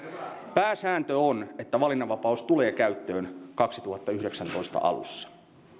pääsääntö on että valinnanvapaus tulee käyttöön vuoden kaksituhattayhdeksäntoista alussa